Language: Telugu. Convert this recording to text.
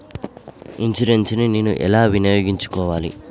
ఇన్సూరెన్సు ని నేను ఎలా వినియోగించుకోవాలి?